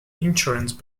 insurance